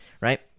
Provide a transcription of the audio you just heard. Right